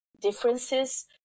differences